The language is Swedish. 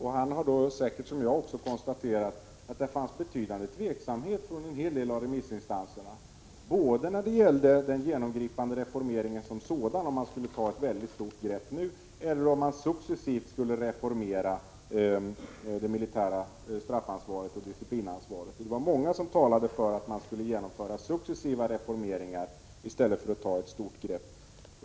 Han har säkert också, liksom jag, konstaterat att det bland flera remissinstanser fanns en betydande tveksamhet när det gällde den genomgripande reformeringen, om det skulle tas ett mycket stort grepp nu eller om det militära straffoch disciplinansvaret skulle reformeras successivt. Många talade för successiva reformer i stället för ett stort grepp.